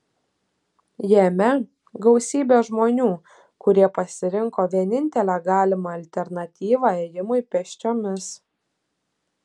jame gausybė žmonių kurie pasirinko vienintelę galimą alternatyvą ėjimui pėsčiomis